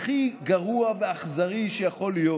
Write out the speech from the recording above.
הכי גרוע ואכזרי שיכול להיות,